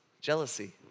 jealousy